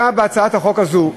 אתה בהצעת החוק הזאת,